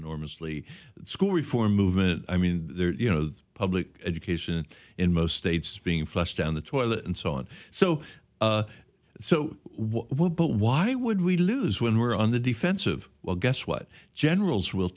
enormously school reform movement i mean you know public education in most states being flushed down the toilet and so on so so what but why would we lose when we're on the defensive well guess what generals will